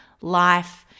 life